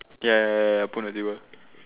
ya ya ya ya put on the table